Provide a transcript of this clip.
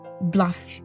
bluff